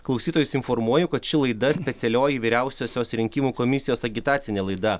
klausytojus informuoju kad ši laida specialioji vyriausiosios rinkimų komisijos agitacinė laida